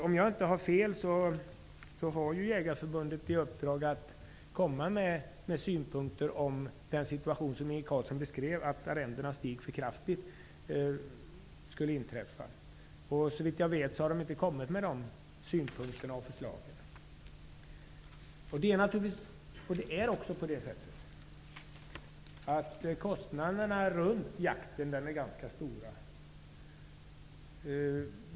Om jag inte har fel så har Jägareförbundet i uppdrag att komma med synpunkter, om den situation med kraftigt stigande arrendepriser som Inge Carlsson beskrev skulle infinna sig. Såvitt jag vet har man inte kommit med några synpunkter och förslag. Kostnaderna i samband med jakten är också ganska stora.